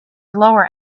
lower